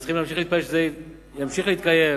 וצריך להמשיך להתפלל שזה ימשיך להתקיים.